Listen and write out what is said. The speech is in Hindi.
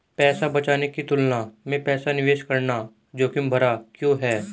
पैसा बचाने की तुलना में पैसा निवेश करना जोखिम भरा क्यों है?